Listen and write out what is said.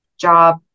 job